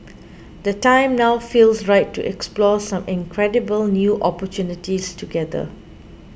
the time now feels right to explore some incredible new opportunities together